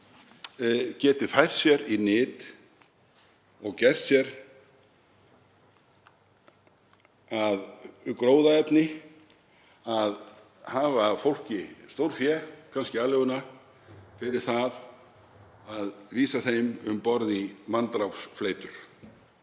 geti fært sér í nyt og gert sér að gróðaefni að hafa af fólki stórfé, kannski aleiguna, fyrir það að vísa þeim um borð í manndrápsfley